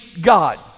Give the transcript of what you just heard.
God